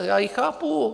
Já ji chápu.